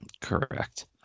Correct